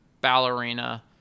ballerina